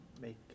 make